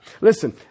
Listen